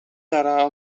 tala